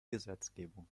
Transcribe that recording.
gesetzgebung